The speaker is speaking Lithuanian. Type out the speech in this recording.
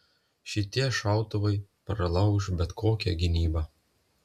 šitie šautuvai pralauš bet kokią gynybą